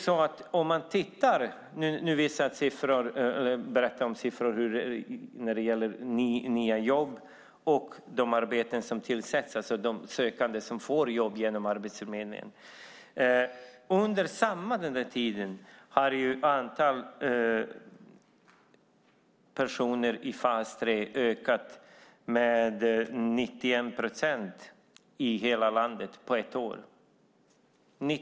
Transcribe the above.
Jag har berättat om siffrorna för nya jobb och de arbeten som tillsätts, det vill säga de sökande som får jobb genom Arbetsförmedlingen. Under samma tid har antal personer i fas 3 ökat med 91,7 procent i hela landet på ett år.